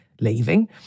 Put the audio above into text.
leaving